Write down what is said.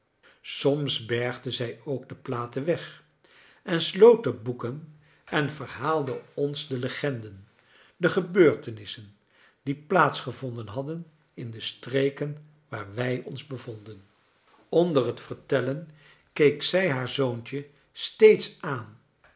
soms bergde zij ook de platen weg en sloot de boeken en verhaalde ons de legenden de gebeurtenissen die plaatsgevonden hadden in de streken waar wij ons bevonden onder het vertellen keek zij haar zoontje steeds aan